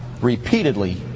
repeatedly